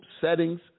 settings